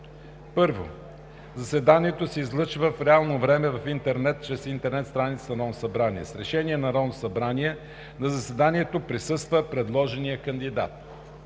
1. Заседанието се излъчва в реално време в интернет чрез интернет страницата на Народното събрание. С решение на Народното събрание на заседанието присъства предложеният кандидат.